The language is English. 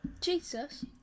Jesus